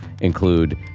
include